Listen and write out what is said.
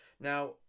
Now